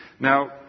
Now